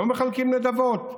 לא מחלקים נדבות.